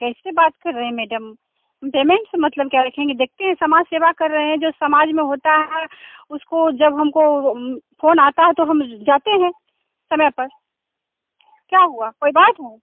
कैसे बात कर रहे हैं मेडम पेमेंट से मतलब क्या रखेंगे देखते हैं समाज सेवा कर रहे हैं जो समाज में होता है उसको जब हमको फोन आता है तो हम जाते हैं समय पर क्या हुआ कोई बात है